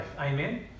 Amen